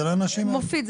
בקיצור מופיד,